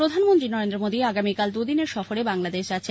প্রধানমন্ত্রী নরেন্দ্র মোদী আগামীকাল দুদিনের সফরে বাংলাদেশ যাচ্ছেন